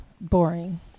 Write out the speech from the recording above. Boring